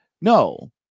No